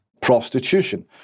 prostitution